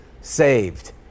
saved